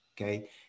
Okay